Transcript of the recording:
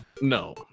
no